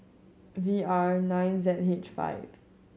V R nine Z H five